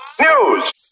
News